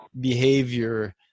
behavior